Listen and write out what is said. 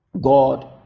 God